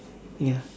ya